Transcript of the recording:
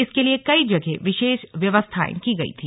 इसके लिए कई जगह विशेष व्यवस्थाएं की गई थी